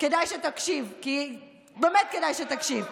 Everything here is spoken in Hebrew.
כדאי שתקשיב, באמת כדאי שתקשיב.